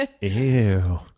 ew